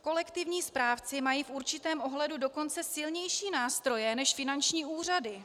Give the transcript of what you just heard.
Kolektivní správci mají v určitém ohledu dokonce silnější nástroje než finanční úřady.